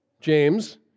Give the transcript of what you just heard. James